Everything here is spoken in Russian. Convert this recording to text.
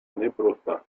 непросто